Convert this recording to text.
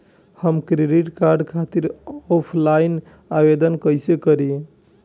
हम credit card खातिर offline आवेदन कइसे करि?